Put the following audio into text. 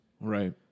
Right